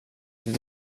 det